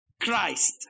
Christ